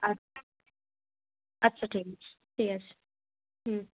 আচ্ছা আচ্ছা ঠিক আছে ঠিক আছে হুম